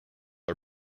are